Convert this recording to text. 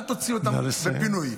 אל תוציאו אותם בפינוי.